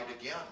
again